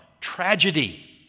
tragedy